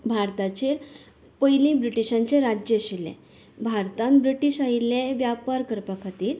भारताचेर पयलीं ब्रिटिशांचें राज्य आशिल्लें भारतान ब्रिटिश आयिल्ले व्यापार करपा खातीर